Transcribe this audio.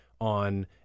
on